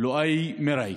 לואי מרעי,